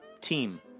team